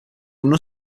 uno